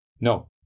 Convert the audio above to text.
No